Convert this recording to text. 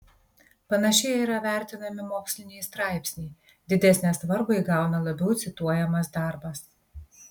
panašiai yra vertinami moksliniai straipsniai didesnę svarbą įgauna labiau cituojamas darbas